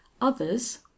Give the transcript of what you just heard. others